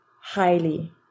highly